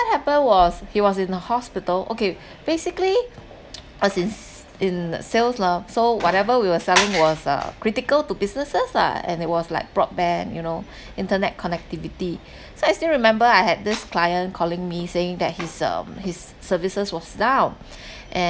what happened was he was in the hospital okay basically I was in s~ in sales lah so whatever we were selling was uh critical to businesses lah and it was like broadband you know internet connectivity so I still remember I had this client calling me saying that his um his services was down and